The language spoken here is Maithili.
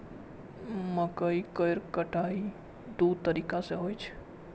मकइ केर कटाइ दू तरीका सं होइ छै